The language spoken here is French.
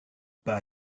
pas